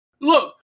Look